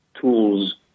tools